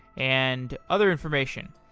and other information.